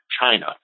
China